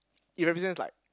it represents like